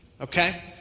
Okay